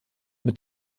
mit